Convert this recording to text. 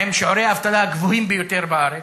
עם שיעורי האבטלה הגבוהים ביותר בארץ,